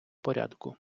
порядку